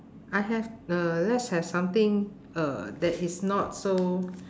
I have uh let's have something uh that is not so